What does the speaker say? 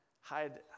hide